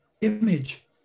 image